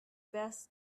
best